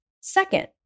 Second